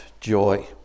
joy